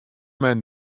men